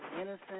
innocent